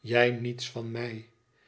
jij niets van mij